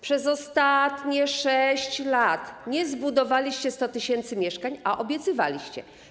Przez ostatnie 6 lat nie zbudowaliście 100 tys. mieszkań, a obiecywaliście.